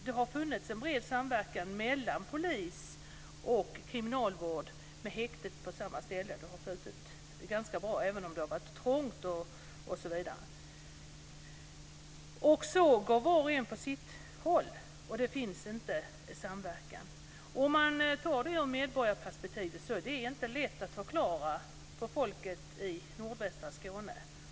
Det har funnits en bred samverkan mellan polis och kriminalvård, och häktet har legat på samma ställe. Det har fungerat ganska bra, även om det har varit trångt. Så går var och en till sitt håll, och det finns inte längre någon samverkan. Med tanke på medborgarperspektivet är det inte lätt att förklara detta för folk i nordvästra Skåne.